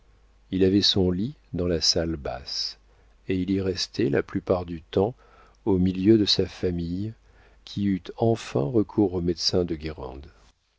il avait son lit dans la salle basse et il y restait la plupart du temps au milieu de sa famille qui eut enfin recours au médecin de